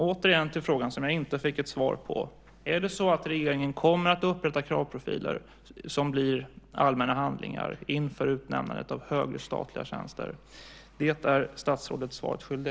Återigen till frågan som jag inte fick ett svar på: Är det så att regeringen kommer att upprätta kravprofiler som blir allmänna handlingar inför utnämnandet av högre statliga tjänstemän? Där är statsrådet svaret skyldig.